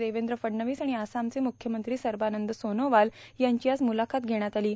देवद्र फडणवीस आर्गण आसामचे म्रख्यमंत्री सरबानंद सोनवाल यांची आज म्रलाखत घेण्यात आलो